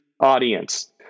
audience